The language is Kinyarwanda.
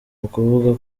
ukuvuga